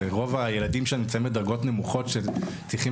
זה רוב הילדים שנמצאים בדרגות נמוכות שצריכים